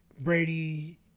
Brady